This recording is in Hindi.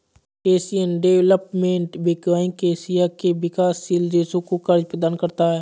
एशियन डेवलपमेंट बैंक एशिया के विकासशील देशों को कर्ज प्रदान करता है